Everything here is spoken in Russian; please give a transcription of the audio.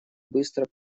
быстро